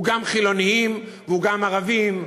גם חילונים וגם ערבים,